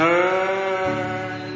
Turn